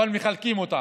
מחלקים אותם: